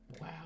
Wow